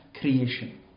creation